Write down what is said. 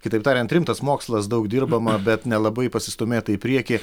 kitaip tariant rimtas mokslas daug dirbama bet nelabai pasistūmėta į priekį